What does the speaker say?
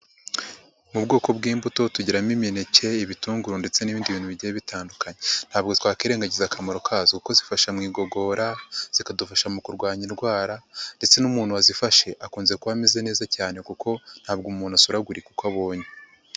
Mu bwoko bw'imbuto tugiramo imineke, ibitunguru ndetse n'ibindi bintu bigiye bitandukanye, ntabwo twakwirengagiza akamaro kazo kuko zifasha mu igogora, zikadufasha mu kurwanya indwara ndetse n'umuntu wazifashe akunze kuba ameze neza cyane kuko ntabwo umuntu asuragurika uko abonye.